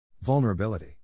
Vulnerability